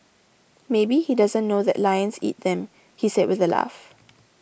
maybe he doesn't know that lions eat them he said with a laugh